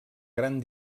gran